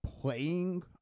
playing